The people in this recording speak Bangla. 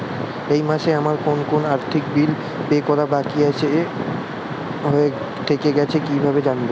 এই মাসে আমার কোন কোন আর্থিক বিল পে করা বাকী থেকে গেছে কীভাবে জানব?